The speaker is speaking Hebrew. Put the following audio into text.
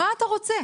מה אתה רוצה?